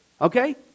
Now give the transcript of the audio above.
Okay